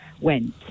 went